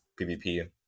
PvP